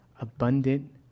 abundant